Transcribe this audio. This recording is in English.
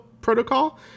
Protocol